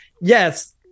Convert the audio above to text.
yes